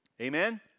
Amen